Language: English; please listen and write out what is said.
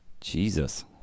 Jesus